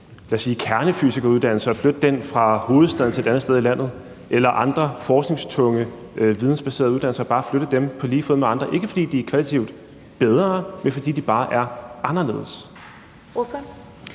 af f.eks. en kernefysikeruddannelse og flytte den fra hovedstaden til et andet sted i landet eller tage andre forskningstunge vidensbaserede uddannelser og bare flytte dem på lige fod med andre? Det er ikke, fordi de er kvalitativt bedre, men fordi de bare er anderledes.